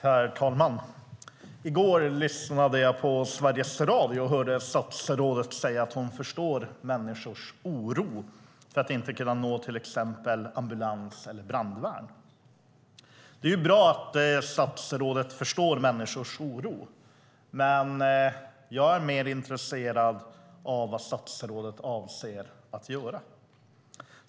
Herr talman! I går lyssnade jag på Sveriges Radio och hörde statsrådet säga att hon förstår människors oro för att inte kunna nå till exempel ambulans eller brandvärn. Det är bra att statsrådet förstår människors oro, men jag är mer intresserad av vad statsrådet avser att göra.